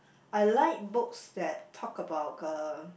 I like books that talk about uh